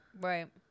Right